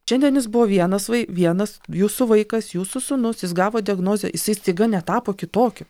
šiandien jis buvo vienas vai vienas jūsų vaikas jūsų sūnus jis gavo diagnozę jisai staiga netapo kitokiu